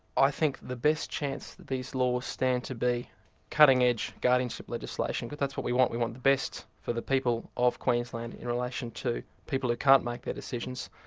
i think the best chance that these laws stand to be cutting-edge guardianship legislation, because that's what we want, we want the best for the people of queensland in relation to people who can't make their decisions.